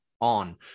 on